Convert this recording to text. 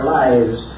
lives